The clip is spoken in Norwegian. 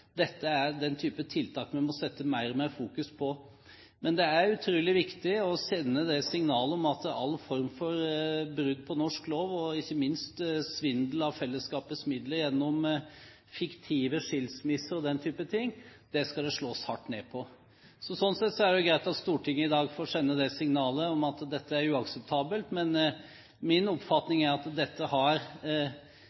Dette er den typen tiltak vi må sette mer og mer fokus på. Men det er utrolig viktig å sende signalet om at alle former for brudd på norsk lov og ikke minst svindel av fellesskapets midler gjennom fiktive skilsmisser og den type ting, skal det slås hardt ned på. Så sånn sett er det greit at Stortinget i dag får sende det signalet at dette er uakseptabelt. Men min oppfatning